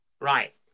Right